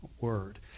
word